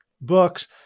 books